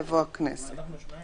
יבוא: "הכנסת".